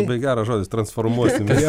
labai geras žodis transformuosimės